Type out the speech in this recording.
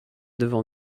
devant